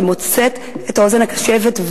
ומוצאת את האוזן הקשבת,